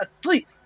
asleep